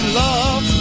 love